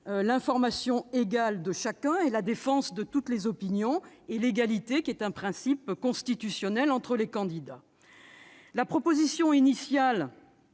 l'information égale de chacun, la défense de toutes les opinions et l'égalité, qui est un principe constitutionnel, entre les candidats. La proposition initiale